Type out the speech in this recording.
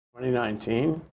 2019